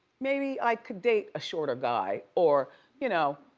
maybe i could date a shorter guy or you know,